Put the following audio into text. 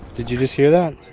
did you just hear that?